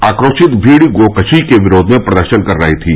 आक्रोशित भीड़ गोकशी के विरोध में प्रदर्शन कर रही थी